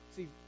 See